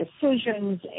decisions